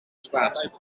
spatie